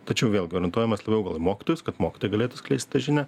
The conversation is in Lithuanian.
tačiau vėlgi orientuojamės labiau gal į mokytojus kad mokytojai galėtų skleist tą žinią